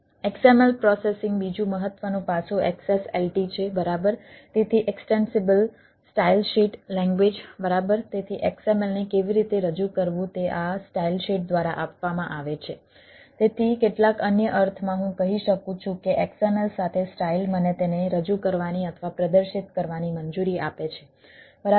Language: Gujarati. XML પ્રોસેસિંગ બીજું મહત્વનું પાસું XSLT છે બરાબર